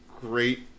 great